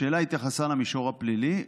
השאלה התייחסה למישור הפלילי,